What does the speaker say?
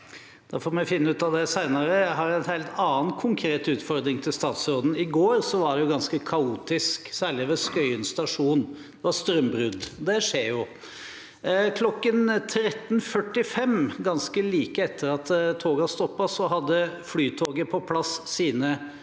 Da får vi finne ut av det senere. Jeg har en helt annen, konkret utfordring til statsråden: I går var det ganske kaotisk, særlig ved Skøyen stasjon. Det var strømbrudd, og det skjer jo. Klokken 13.45 – like etter at togene stoppet – hadde Flytoget på plass sine busser